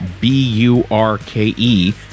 b-u-r-k-e